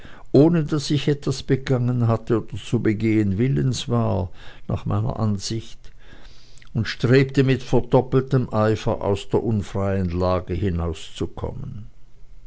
ohne daß ich etwas begangen hatte oder zu begehen willens war nach meiner ansicht und strebte mit verdoppeltem eifer aus der unfreien lage hinauszukommen